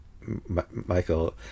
Michael